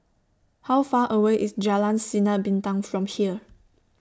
How Far away IS Jalan Sinar Bintang from here